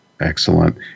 Excellent